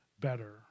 better